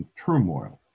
turmoil